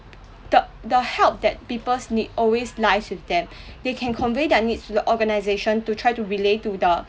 the the help that people's need always lies with them they can convey their needs to the organization to try to relay to the